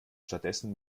stattdessen